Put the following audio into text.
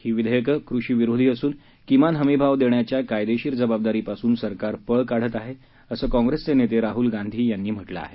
ही विधेयकं कृषी विरोधी असून किमान हमी भाव देण्याच्या कायदेशीर जबाबदारीपासून सरकार पळ काढत आहे असं काँग्रेसचे नेते राहुल गांधी यांनी म्हटलं आहे